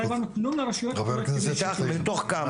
מתוך כמה?